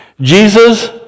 Jesus